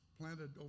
planted